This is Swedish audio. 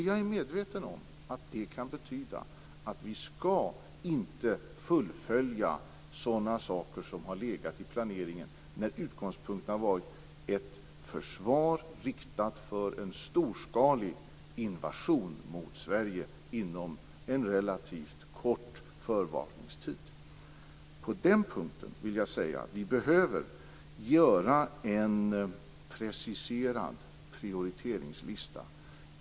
Jag är medveten om att det kan betyda att vi inte skall fullfölja sådana saker som har legat i planeringen, där utgångspunkten har varit ett försvar inriktat mot en storskalig invasion av Sverige inom en relativt kort förvarningstid. På den punkten vill jag säga att vi behöver göra en preciserad prioriteringslista.